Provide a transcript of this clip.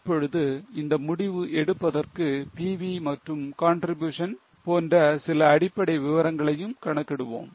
இப்பொழுது இந்த முடிவை எடுப்பதற்கு PV மற்றும் contribution போன்ற சில அடிப்படை விஷயங்களையும் கணக்கிடுவோம்